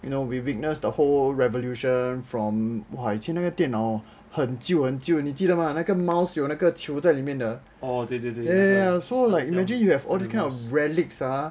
you know we witnessed the whole revolution from !wah! 以前那个电脑很旧很旧的你记得吗那个 mouse 有那个球在里面的 so like imagine you got all these kind of relics ah